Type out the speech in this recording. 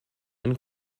and